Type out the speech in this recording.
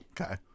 Okay